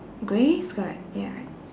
grey skirt right ya